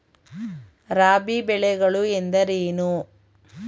ರಾಬಿ ಬೆಳೆಗಳು ಎಂದರೇನು?